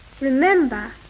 Remember